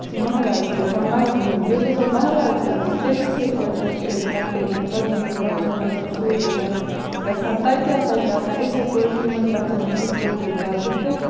مَہراز گژھان مَہرنہِ ہُند یُس ہسا مَہراز چھُ آسان تٔمِس سۭتۍ ہسا چھِ أسۍ تقریٖبَن ژَتجی یا پَنژاہ نَفر سۭتۍ گژھان تَتہِ تہِ ہسا چھِ آسان یِتھَے پٲٹھۍ یِمن پَژھین اَسہِ یِتھ پٲٹھۍ دیُت بَتہٕ تہٕ